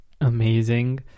amazing